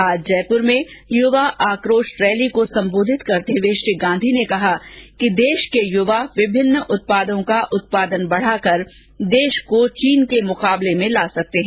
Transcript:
आज जयपुर में युवा आक्रोश रैली को संबोधित करते हुए श्री गांधी ने कहा कि देश के युवा विभिन्न उत्पादों का उत्पादन बढाकर देश को चीन के मुकाबले में ला सकते हैं